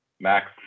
Max